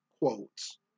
quotes